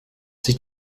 sich